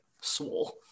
swole